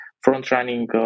front-running